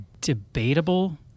debatable